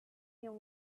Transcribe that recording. your